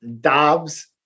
Dobbs